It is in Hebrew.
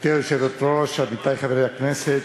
גברתי היושבת-ראש, עמיתי חברי הכנסת,